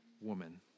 woman